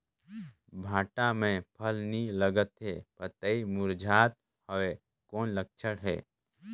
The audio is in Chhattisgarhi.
भांटा मे फल नी लागत हे पतई मुरझात हवय कौन लक्षण हे?